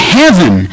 heaven